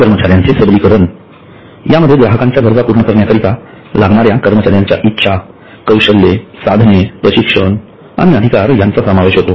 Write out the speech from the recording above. कर्मचार्यांचे सबलीकरण यामध्ये ग्राहकांच्या गरजा पूर्ण करण्याकरिता लागणाऱ्या कर्मचाऱ्यांच्या इच्छा कौशल्ये साधने प्रशिक्षण आणि अधिकार यांचा समावेश होतो